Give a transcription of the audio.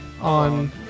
on